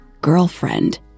girlfriend